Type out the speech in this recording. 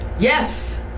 Yes